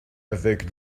avec